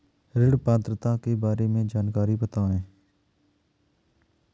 ऋण पात्रता के बारे में जानकारी बताएँ?